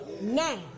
Now